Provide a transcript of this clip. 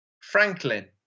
Franklin